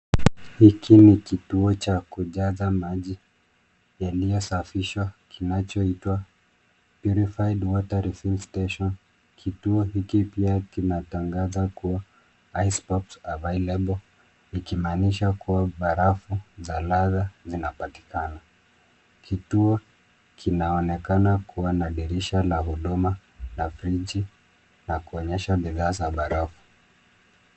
Hiki ni kitua cha kujaza maji, yaliyosafishwa kinacho, kituo hiki pia kinatangaza. Ikimaanisha kuwa barafu za ladha zinapatikana. Kituo kinaonekana kuwa na dirisha la huduma na friji na kuonyesha bidhaa za barafu.